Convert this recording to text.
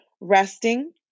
resting